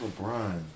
LeBron